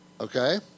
okay